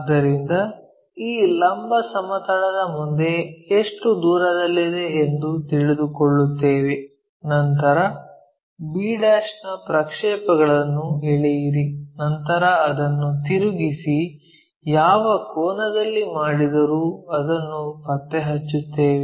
ಆದ್ದರಿಂದ ಈ ಲಂಬ ಸಮತಲದ ಮುಂದೆ ಎಷ್ಟು ದೂರದಲ್ಲಿದೆ ಎಂದು ತಿಳಿದುಕೊಳ್ಳುತ್ತೇವೆ ನಂತರ b' ಯ ಪ್ರಕ್ಷೇಪಗಳನ್ನು ಎಳೆಯಿರಿ ನಂತರ ಅದನ್ನು ತಿರುಗಿಸಿ ಯಾವ ಕೋನದಲ್ಲಿ ಮಾಡಿದರೂ ಅದನ್ನು ಪತ್ತೆ ಹಚ್ಚುತ್ತೇವೆ